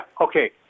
okay